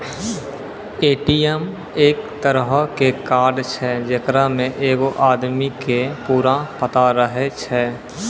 ATM एक तरहो के कार्ड छै जेकरा मे एगो आदमी के पूरा पता रहै छै